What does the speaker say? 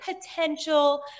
potential